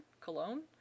Cologne